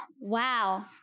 Wow